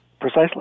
Precisely